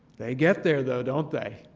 they get there, though, don't they?